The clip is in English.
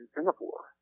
Singapore